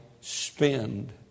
spend